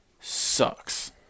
sucks